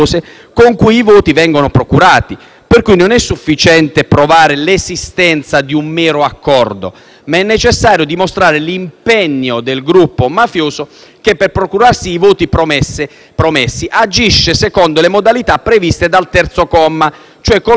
sicché non è più sufficiente provare l'esistenza di un mero accordo, ma è necessario dimostrare l'impegno del gruppo mafioso» che, per procurarsi i voti promessi, «agisce secondo le modalità previste dal terzo comma», cioè col metodo intimidatorio tipico.